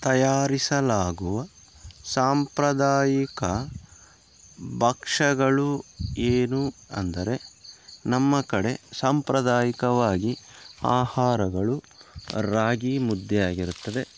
ತಯಾರಿಸಲಾಗುವ ಸಾಂಪ್ರದಾಯಿಕ ಭಕ್ಷ್ಯಗಳು ಏನು ಅಂದರೆ ನಮ್ಮ ಕಡೆ ಸಾಂಪ್ರದಾಯಿಕವಾಗಿ ಆಹಾರಗಳು ರಾಗಿ ಮುದ್ದೆ ಆಗಿರುತ್ತದೆ